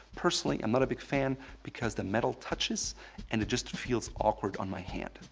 personally, i'm not a big fan because the metal touches and it just feels awkward on my hand.